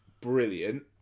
brilliant